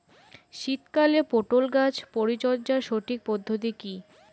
শীতকালে পটল গাছ পরিচর্যার সঠিক পদ্ধতি কী?